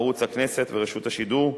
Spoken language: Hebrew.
ערוץ הכנסת ורשות השידור,